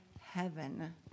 heaven